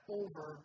over